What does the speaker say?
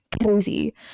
crazy